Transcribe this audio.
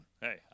Hey